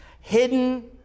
hidden